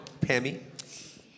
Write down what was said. Pammy